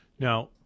Now